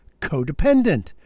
Codependent